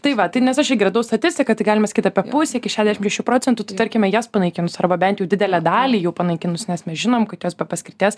tai va tai nes aš irgi radau statistiką tai galima sakyt apie pusę iki šešiasdešim šešių procentų tai tarkim jas panaikinus arba bent jau didelę dalį jų panaikinus nes mes žinom kad jos be paskirties